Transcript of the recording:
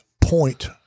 point